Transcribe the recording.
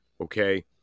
Okay